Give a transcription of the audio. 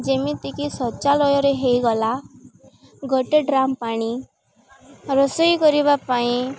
ଯେମିତିକି ଶୌଚାଳୟରେ ହୋଇଗଲା ଗୋଟେ ଡ୍ରମ୍ ପାଣି ରୋଷେଇ କରିବା ପାଇଁ